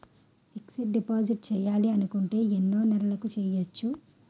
Fixed deposit చేయాలి అనుకుంటే ఎన్నే నెలలకు చేయొచ్చు?